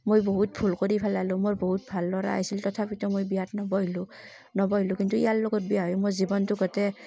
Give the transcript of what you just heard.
মই বহুত ভুল কৰি পেলালো মোৰ বহুত ভাল ল'ৰা আহিছিল তথাপিতো মই বিয়াত নবহিলোঁ নবহিলোঁ কিন্তু ইয়াৰ লগত বিয়া হৈ মোৰ জীৱনটো গোটেই